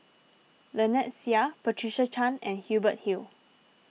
Lynnette Seah Patricia Chan and Hubert Hill